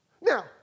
Now